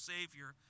Savior